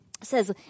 Says